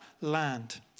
land